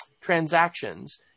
transactions